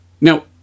Now